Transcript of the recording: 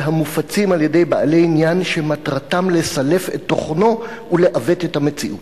והמופצים על-ידי בעלי עניין שמטרתם לסלף את תוכנו ולעוות את המציאות.